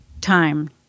time